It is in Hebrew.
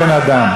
לא להיות בן-אדם.